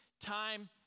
time